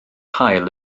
haul